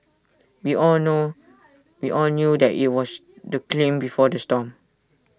we all know we all knew that IT was the claim before the storm